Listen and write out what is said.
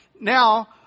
Now